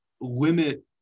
limit